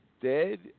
dead